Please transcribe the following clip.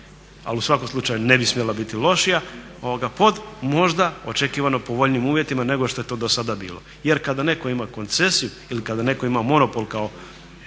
Ali u svakom slučaju ne bi smjela biti lošija pod možda očekivano povoljnijim uvjetima nego što je to do sada bilo. Jer kada netko ima koncesiju ili kada netko ima monopol kao